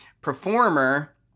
performer